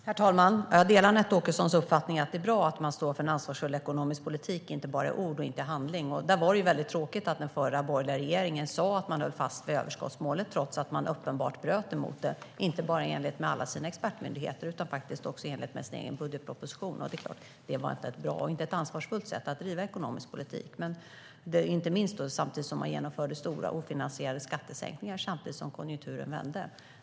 Herr talman! Jag delar Anette Åkessons uppfattning att det är bra att man står för en ansvarsfull ekonomisk politik, inte bara i ord utan även i handling. Där var det väldigt tråkigt att den förra borgerliga regeringen sa att man höll fast vid överskottsmålet, trots att man uppenbarligen bröt emot det, inte bara i enlighet med alla sina expertmyndigheter utan också i enlighet med sin egen budgetproposition. Det var inte ett ansvarsfullt sätt att driva ekonomisk politik på - detta inte minst för att man genomförde stora ofinansierade skattesänkningar samtidigt som konjunkturen vände.